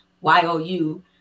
Y-O-U